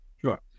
Sure